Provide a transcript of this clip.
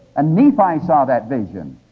and nephi saw that vision,